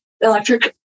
electric